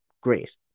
great